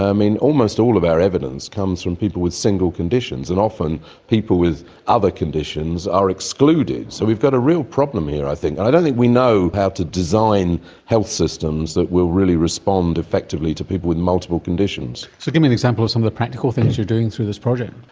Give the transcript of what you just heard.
um and almost all of our evidence comes from people with single conditions, and often people with other conditions are excluded. so we've got a real problem here i think. i don't think we know how to design health systems that will really respond effectively to people with multiple conditions. so give me an example of some of the practical things you are doing through this project.